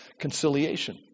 conciliation